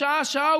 שעה-שעה,